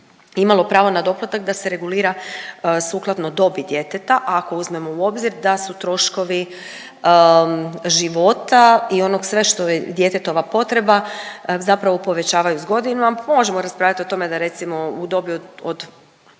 imalo pravo na doplatak da se regulira sukladno dobi djeteta, ako uzmemo u obzir da su troškovi života i onog sve što je djetetova potreba zapravo povećavaju s godinama, pa možemo raspravljati o tome da recimo u dobi od